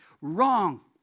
Wrong